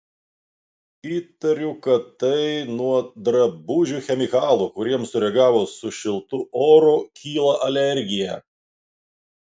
įtariu kad tai nuo drabužių chemikalų kuriems sureagavus su šiltu oru kyla alergija